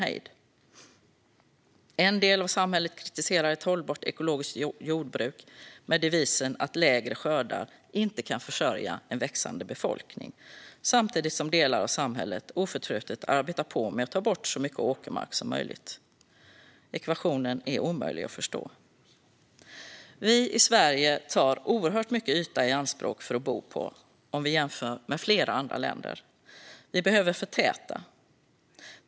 En del av samhället kritiserar ett hållbart ekologiskt jordbruk med devisen att lägre skördar inte kan försörja en växande befolkning samtidigt som delar av samhället oförtrutet arbetar på med att ta bort så mycket åkermark som möjligt. Ekvationen är omöjlig att förstå. Vi i Sverige tar oerhört mycket yta i anspråk för att bo på, om vi jämför med flera andra länder. Vi behöver förtäta.